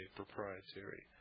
proprietary